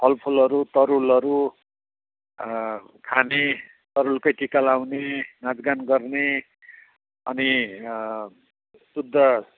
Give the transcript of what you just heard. फलफुलहरू तरुलहरू खाने तरुलकै टिका लाउने नाचगान गर्ने अनि शुद्ध